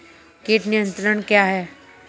कीट नियंत्रण क्या है?